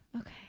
okay